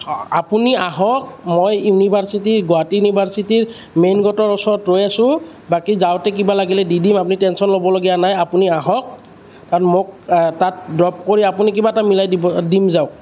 আপুনি আহক মই ইউনিভাৰ্চিটীৰ গুৱাহাটী ইউনিভাৰ্চিটীৰ মেইন গেটৰ ওচৰত ৰৈ আছোঁ বাকী যাওঁতে কিবা লাগিলে দি দিম আপুনি টেনচন ল'বলগীয়া নাই আপুনি আহক কাৰণ মোক তাত ড্ৰপ কৰি আপুনি কিবা এটা মিলাই দিব দিম যাওঁক